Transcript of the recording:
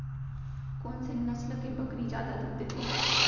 कोन से नस्ल के बकरी जादा दूध देथे